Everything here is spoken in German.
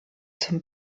zum